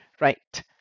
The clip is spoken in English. Right